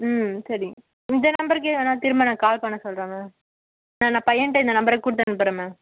ம் சரி இந்த நம்பருக்கே வேணா திரும்ப நான் கால் பண்ண சொல்கிறேன் மேம் ஆ நான் பையன்கிட்ட இந்த நம்பரை கொடுத்தனுப்புறேன் மேம்